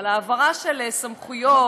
על העברה של סמכויות?